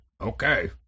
Okay